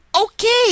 Okay